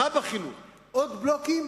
מה בחינוך, עוד בלוקים?